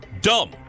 dumb